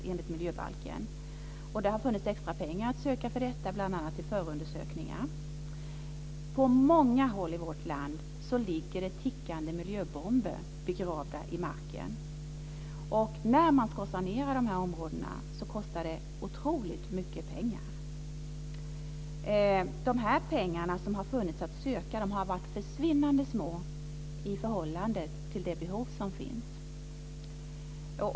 Det har funnits extra pengar att söka för detta, bl.a. till förundersökningar. På många håll i vårt land ligger det tickande miljöbomber begravda i marken. När man ska sanera de här områdena kostar det otroligt mycket pengar. De pengar som har funnits att söka har varit försvinnande små i förhållande till de behov som finns.